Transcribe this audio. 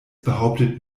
behauptet